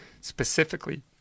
specifically